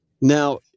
Now